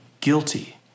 Guilty